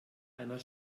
einer